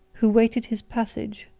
who waited his passage,